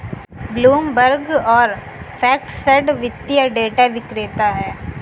Bloomberg और FactSet वित्तीय data विक्रेता हैं